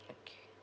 okay